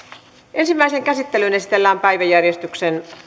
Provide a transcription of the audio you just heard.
ensimmäiseen käsittelyyn esitellään päiväjärjestyksen